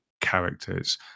characters